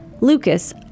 Lucas